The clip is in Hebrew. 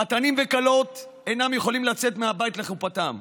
חתנים וכלות אינם יכולים לצאת מהבית לחופתם,